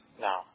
now